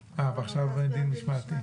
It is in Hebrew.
מהותי,